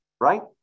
right